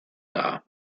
dar